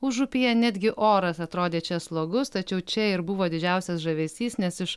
užupyje netgi oras atrodė čia slogus tačiau čia ir buvo didžiausias žavesys nes iš